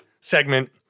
segment